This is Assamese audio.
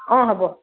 অ হ'ব